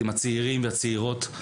עם הצעירים והצעירות,